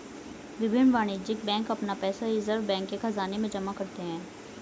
विभिन्न वाणिज्यिक बैंक अपना पैसा रिज़र्व बैंक के ख़ज़ाने में जमा करते हैं